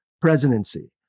presidency